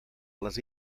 les